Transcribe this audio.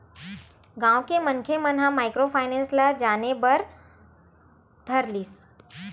गाँव के मनखे मन ह माइक्रो फायनेंस ल बने जाने बर धर लिस